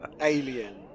alien